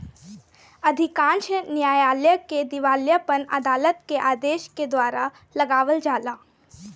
अधिकांश न्यायालय में दिवालियापन अदालत के आदेश के द्वारा लगावल जाला